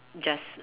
just